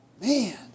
Man